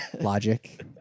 Logic